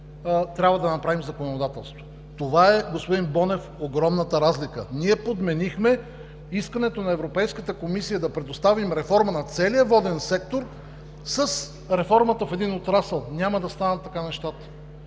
трябва да направим законодателство. Това, господин Бонев, е огромната разлика – ние подменихме искането на Европейската комисия да предоставим реформа на целия воден сектор с реформата в един отрасъл. Няма да станат така нещата.